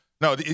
no